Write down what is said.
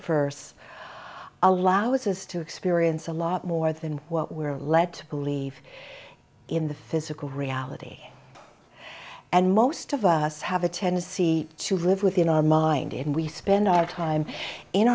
verse allows us to experience a lot more than what we're led to believe in the physical reality and most of us have a tendency to live within our mind and we spend our time in